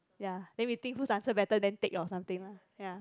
ya then we think whose answer better than take your something lah ya